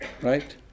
right